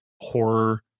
horror